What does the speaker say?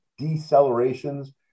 decelerations